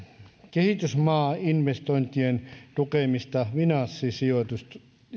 kehitysmaainvestointien tukemista finanssisijoitusten